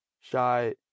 shy